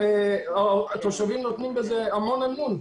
התושבים נותנים המון אמון.